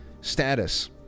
status